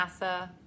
NASA